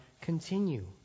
continue